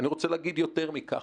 אני רוצה להגיד יותר מכך,